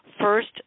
first